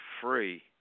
free